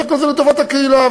זה לטובת הקהילה,